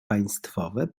państwowe